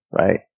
right